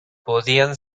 podían